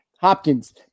Hopkins